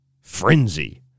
frenzy